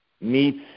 meets